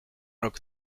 rok